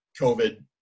COVID